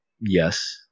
Yes